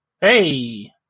hey